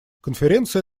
конференция